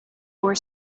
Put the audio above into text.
were